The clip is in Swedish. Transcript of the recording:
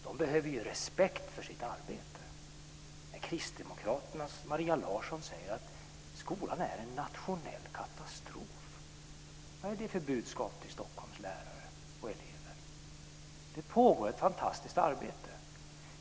De behöver ju respekt för sitt arbete. När Kristdemokraternas Maria Larsson säger att skolan är en nationell katastrof, vad är det för budskap till Stockholms lärare och elever? Det pågår ett fantastiskt arbete.